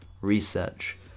research